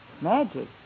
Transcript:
Magic